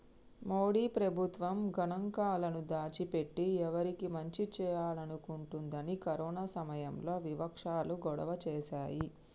మోడీ ప్రభుత్వం గణాంకాలను దాచి పెట్టి ఎవరికి మంచి చేయాలనుకుంటుందని కరోనా సమయంలో వివక్షాలు గొడవ చేశాయి